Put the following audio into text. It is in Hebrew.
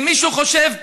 ואם מישהו חושב,